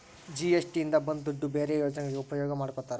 GST ಇಂದ ಬಂದ್ ದುಡ್ಡು ಬೇರೆ ಯೋಜನೆಗಳಿಗೆ ಉಪಯೋಗ ಮಾಡ್ಕೋತರ